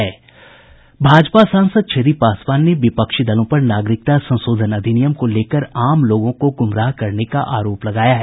भाजपा सांसद छेदी पासवान ने विपक्षी दलों पर नागरिकता संशोधन अधिनियम को लेकर आम लोगों को गुमराह करने का आरोप लगाया है